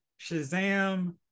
Shazam